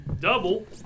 double